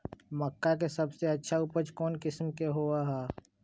मक्का के सबसे अच्छा उपज कौन किस्म के होअ ह?